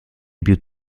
più